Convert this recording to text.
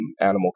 animal